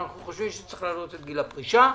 אנחנו חושבים שצריך להעלות את גיל הפרישה.